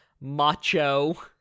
macho